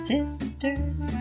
Sisters